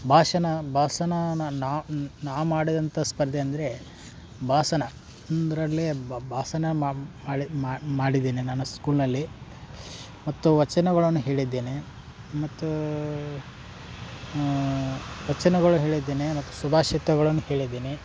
ಭಾಷಣ ಭಾಷಣ ನಾವು ನಾ ಮಾಡಿದಂಥಾ ಸ್ಪರ್ಧೆ ಅಂದರೆ ಭಾಷಣ ಅಂದರಲ್ಲಿ ಭಾಷಣ ಮಾಡಿದೆ ಮಾಡಿದ್ದೀನಿ ನಾನು ಸ್ಕೂಲ್ನಲ್ಲಿ ಮತ್ತು ವಚನಗಳನ್ನು ಹೇಳಿದ್ದೇನೆ ಮತ್ತು ವಚನಗಳು ಹೇಳಿದ್ದೇನೆ ಮತ್ತು ಸುಭಾಷಿತಗಳನ್ನು ಹೇಳಿದ್ದೀನಿ